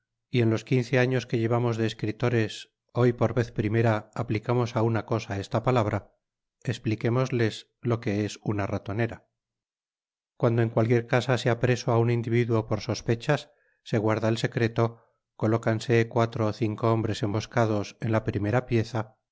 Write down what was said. y en los quince años que llevamos de escritores hoy por vez primera aplicamos á una cosa esta palabra espliquémosles lo que es una ratonera cuando en cualquier casa se ha preso á un individuo por sospechas se guarda el secreto colócanse cuatro ó cinco hombres emboscados en la primera pieza